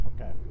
Okay